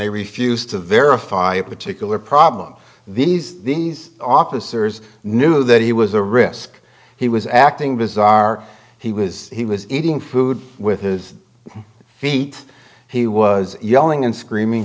they refused to verify a particular problem these these officers knew that he was a risk he was acting bizarre he was he was eating food with his feet he was yelling and screaming